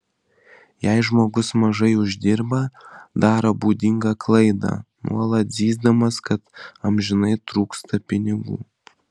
jei žmogus mažai uždirba daro būdingą klaidą nuolat zyzdamas kad amžinai trūksta pinigų